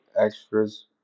extras